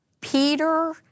Peter